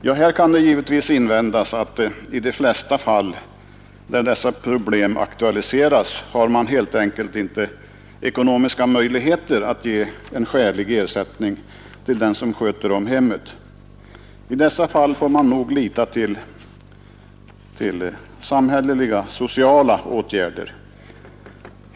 Häremot kan givetvis invändas att det i de flesta fall när dessa problem aktualiseras helt enkelt inte finns ekonomiska möjligheter att ge skälig ersättning till den som sköter hemmet. I dessa fall får man nog lita till samhälleliga sociala åtgärder.